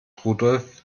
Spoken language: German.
rudolf